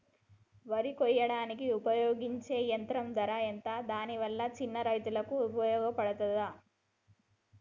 వరి కొయ్యడానికి ఉపయోగించే యంత్రం ధర ఎంత దాని వల్ల చిన్న రైతులకు ఉపయోగపడుతదా?